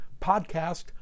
podcast